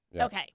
Okay